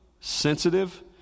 sensitive